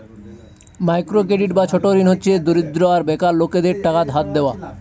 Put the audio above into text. micro credit বা ছোট ঋণ হচ্ছে দরিদ্র আর বেকার লোকেদের টাকা ধার দেওয়া